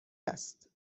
است